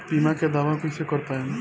बीमा के दावा कईसे कर पाएम?